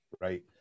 right